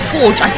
Forge